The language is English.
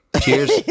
Cheers